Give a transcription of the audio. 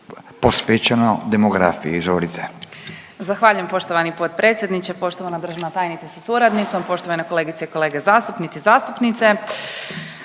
**Radolović, Sanja (SDP)** Zahvaljujem poštovani potpredsjedniče, poštovana državna tajnice sa suradnicom, poštovane kolegice i kolege zastupnici i zastupnice.